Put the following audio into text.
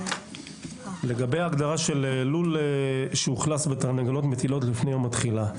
לגבי הגדרת לול שאוכלוס בתרנגולות מטילות לפני יום התחילה.